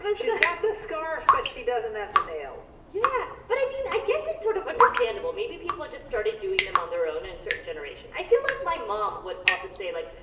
but she's got the scarf, but she doesn't have the nails yeah, but, i mean, i guess it's sort of understandable. maybe people just started doing them on their own in a certain generation. i feel like my mom would often say, like,